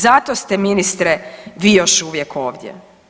Zato ste ministre vi još uvijek ovdje.